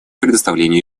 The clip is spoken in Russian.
представления